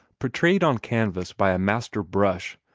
portrayed on canvas by a master brush,